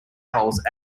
poles